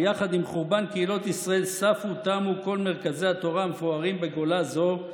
ויחד עם חורבן קהילות ישראל ספו תמו כל מרכזי התורה המפוארים בגולה זו.